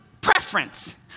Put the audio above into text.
preference